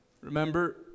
Remember